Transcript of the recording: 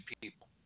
people